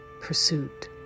pursuit